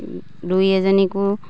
দুই এজনীকো